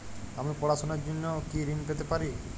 আমি পড়াশুনার জন্য কি ঋন পেতে পারি?